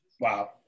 Wow